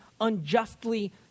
unjustly